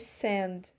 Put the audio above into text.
send